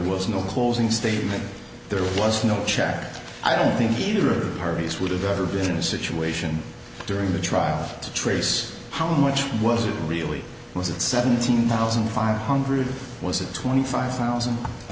was no closing statement there was no check i don't think either of the parties would have ever been in a situation during the trial to trace how much worse it really was at seventeen thousand five hundred was it twenty five thousand